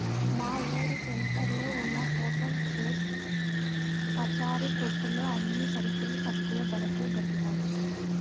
మా ఊరు సెంటర్లో ఉన్న హోల్ సేల్ పచారీ కొట్టులో అన్ని సరుకులు తక్కువ ధరకే దొరుకుతయ్